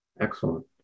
Excellent